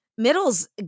Middles